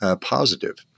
positive